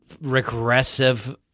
regressive